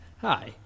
hi